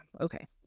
Okay